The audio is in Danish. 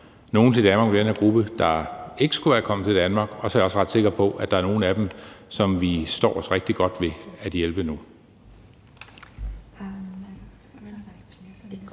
i den her gruppe, der ikke skulle være kommet til Danmark, og så er jeg også ret sikker på, at der er nogle af dem, som vi står os rigtig godt ved at hjælpe nu.